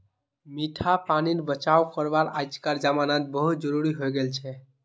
मीठा पानीर बचाव करवा अइजकार जमानात बहुत जरूरी हैं गेलछेक